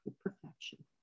perfection